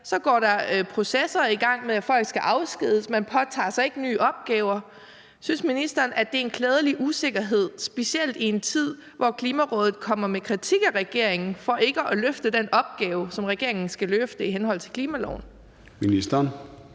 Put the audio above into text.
Så går der processer i gang med, at folk skal afskediges, og man påtager sig ikke nye opgaver. Synes ministeren, at det er en klædelig usikkerhed, specielt i en tid, hvor Klimarådet kommer med kritik af regeringen for ikke at løfte den opgave, som regeringen skal løfte i henhold til klimaloven? Kl.